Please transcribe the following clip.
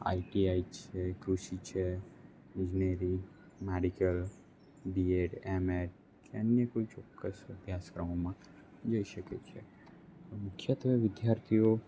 ITI છે કૃષિ છે ઈજનેરી મેડિકલ બીએડ એમએ કે અન્ય કોઈ ચોક્કસ અભ્યાસક્રમોમાં જઈ શકે છે મુખ્યત્વે વિધાર્થીઓ